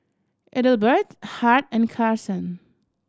Ethelbert Hart and Carson